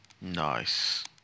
Nice